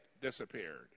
disappeared